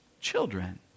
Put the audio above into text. children